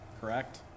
correct